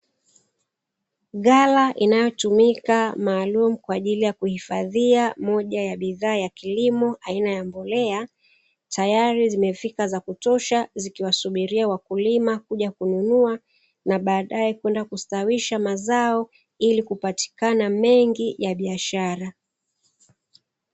Ghala inayotumika kwaajili ya kuhifadhia bidhaa aina ya mbolea, tayari zimefika za kutosha, zikiwasubira wakulima waje wanunue na badadae wajekustawisha mazao ili kupatika mazao bora.